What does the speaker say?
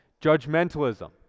judgmentalism